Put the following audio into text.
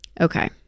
Okay